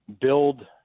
build